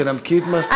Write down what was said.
תנמקי את מה,